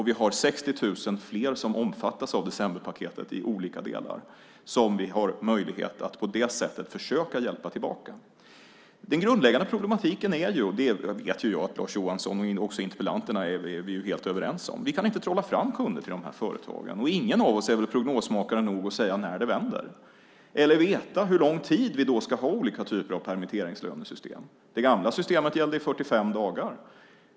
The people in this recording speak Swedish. Vi har 60 000 fler som omfattas av decemberpaketet i olika delar, och på det sättet har vi möjlighet att försöka hjälpa dem tillbaka. Det grundläggande problemet är - och det vet jag att Lars Johansson och interpellanterna är överens med mig om - att vi inte kan trolla fram kunder till företagen. Ingen av oss är prognosmakare nog för att kunna säga när det vänder eller veta hur lång tid vi ska ha olika typer av permitteringslönesystem. Det gamla systemet gällde i 45 dagar.